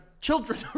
Children